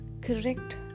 correct